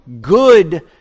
good